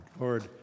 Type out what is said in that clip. Lord